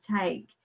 take